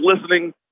listening